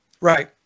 right